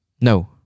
no